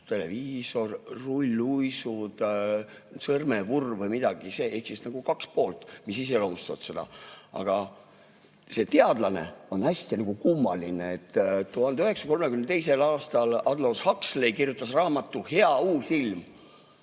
televiisor, rulluisud, sõrmevurr või midagi, ehk siis nagu kaks poolt, mis iseloomustavad seda [põlvkonda]. Aga see teadlane on hästi kummaline. 1932. aastal Aldous Huxley kirjutas raamatu "Hea uus ilm",